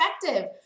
perspective